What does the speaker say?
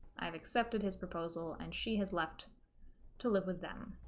i've accepted his proposal and she has left to live with them